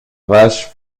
vache